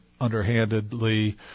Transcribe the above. underhandedly